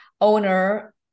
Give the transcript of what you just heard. owner